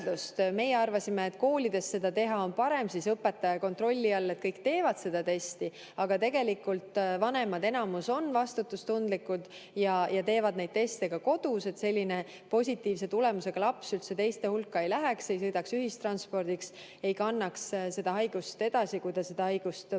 Meie arvasime, et parem on teha seda koolides õpetaja kontrolli all, kui kõik teevad seda testi, aga tegelikult vanemad enamuses on vastutustundlikud ja teevad neid teste ka kodus, et positiivse tulemusega laps üldse teiste hulka ei läheks, ei sõidaks ühistranspordis, ei kannaks seda haigust edasi. Kui test seda haigust näitab,